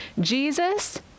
Jesus